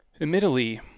admittedly